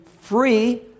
free